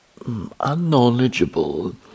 unknowledgeable